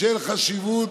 בשל החשיבות